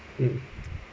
mm